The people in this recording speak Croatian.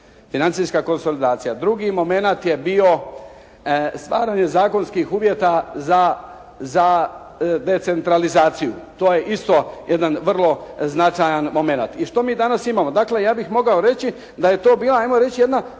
financijska konsolidacija sustava. Drugi momenat je bio stvaranje zakonskih uvjeta za decentralizaciju. To je isto jedan vrlo značajan momenat. I što mi danas imamo? Dakle, ja bih mogao reći da je to bila, ajmo